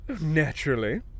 Naturally